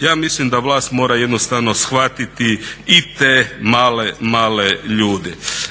Ja mislim da vlast mora jednostavno shvatiti i te male, male